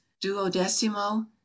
duodecimo